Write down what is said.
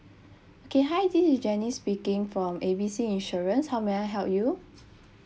okay hi this is janice speaking from A B C insurance how may I help you